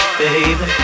baby